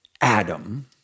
Adam